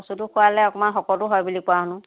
কচুটো খুৱালে অকণমান শকতো হয় বুলি কোৱা শুনো